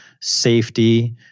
safety